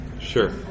Sure